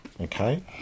Okay